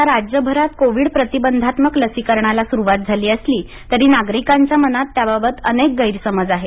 आता राज्यभरात कोविड प्रतिबंधात्मक लसीकरणाला सुरुवात झाली असली तरी नागरिकांच्या मनात त्याबाबत अनेक गैरसमज आहेत